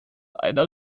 einer